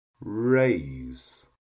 RAISE